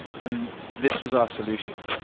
and this was our solution.